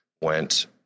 went